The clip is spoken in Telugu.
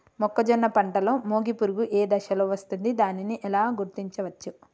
మొక్కజొన్న పంటలో మొగి పురుగు ఏ దశలో వస్తుంది? దానిని ఎలా గుర్తించవచ్చు?